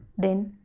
then,